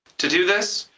to do this,